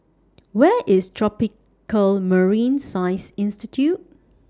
Where IS Tropical Marine Science Institute